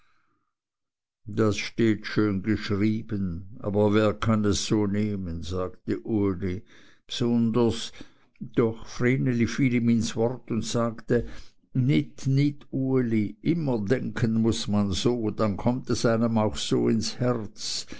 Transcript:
das steht schön geschrieben aber wer kann es so nehmen sagte uli bsunders doch vreneli fiel ihm ins wort und sagte nit nit uli immer denken muß man so dann kommt es einem auch so ins herz